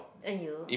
aiyo